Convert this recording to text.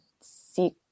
seek